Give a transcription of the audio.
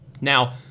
Now